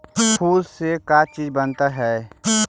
फूल से का चीज बनता है?